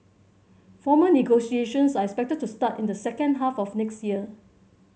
formal negotiations are expected to start in the second half of next year